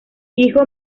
hijo